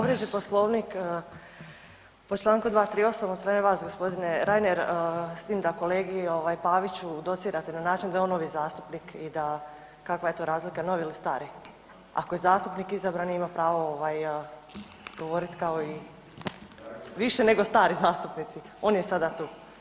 povrijeđen Poslovnik po članku 238. od strane vas gospodine Reiner, s tim da kolegi Paviću docirate na način da je on novi zastupnik, i da kakva je to razlika novi ili stari?, ako je zastupnik izabrani ima pravo govorit kao i, više nego stari zastupnici, on je sada tu.